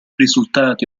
risultati